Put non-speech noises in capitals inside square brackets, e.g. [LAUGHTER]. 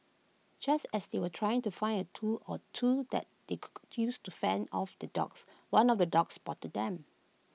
just as they were trying to find A tool or two that they [NOISE] to use to fend off the dogs one of the dogs spotted them